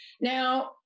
Now